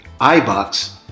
iBox